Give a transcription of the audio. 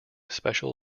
special